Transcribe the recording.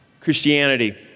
Christianity